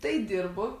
tai dirbu